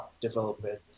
development